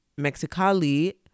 Mexicali